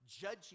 judging